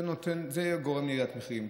זה גורם לירידת מחירים.